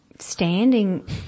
Standing